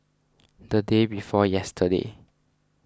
the day before yesterday